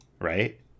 right